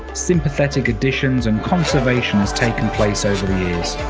sympathetic additions and conservation has taken place over the years.